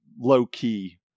low-key